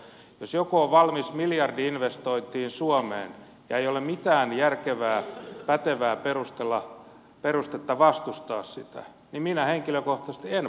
jos joku on valmis miljardi investointiin suomeen ja ei ole mitään järkevää pätevää perustetta vastustaa sitä niin minä henkilökohtaisesti en vastusta sitä